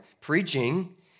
preaching